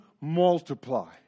multiply